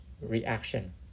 reaction